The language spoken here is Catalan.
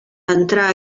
entrà